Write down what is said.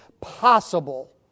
possible